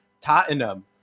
Tottenham